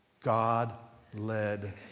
God-led